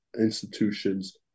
institutions